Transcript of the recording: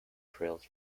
trails